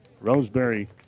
Roseberry